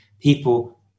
people